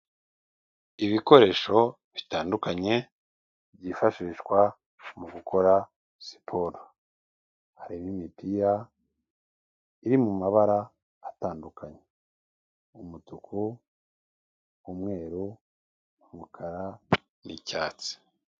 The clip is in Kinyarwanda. Ibikoresho bitandukanye byifashishwa mu gukora siporo, hari n'imipira iri mu mabara atandukanye umutuku, umweru, umukara n'icyatsi.